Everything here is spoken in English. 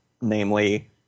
namely